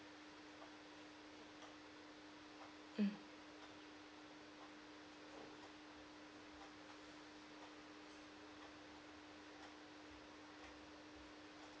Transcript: mm